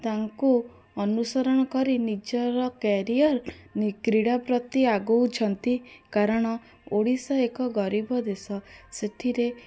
ତାଙ୍କୁ ଅନୁସରଣ କରି ନିଜର କ୍ୟାରିୟର ନି କ୍ରୀଡ଼ା ପ୍ରତି ଆଗଉଛନ୍ତି କାରଣ ଓଡ଼ିଶା ଏକ ଗରିବ ଦେଶ ସେଥିରେ